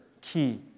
key